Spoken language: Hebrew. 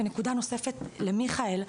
ונקודה נוספת למיכאל.